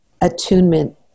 attunement